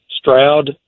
Stroud